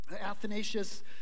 Athanasius